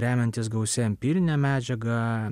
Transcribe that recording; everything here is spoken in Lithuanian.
remiantis gausia empirine medžiaga